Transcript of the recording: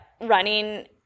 running